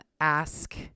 Ask